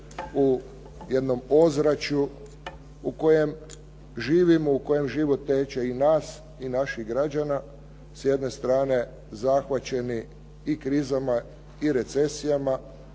u jednom ozračju u kojem živimo, u kojem život teče i nas i naših građana s jedne strane zahvaćeni i krizama i recesijama